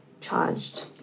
charged